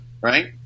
right